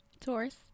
Taurus